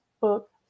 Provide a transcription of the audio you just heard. book